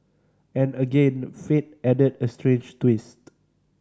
and again fate added a straights twist